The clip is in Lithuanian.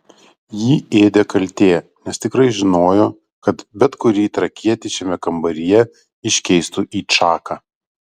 jį ėdė kaltė nes tikrai žinojo kad bet kurį trakietį šiame kambaryje iškeistų į čaką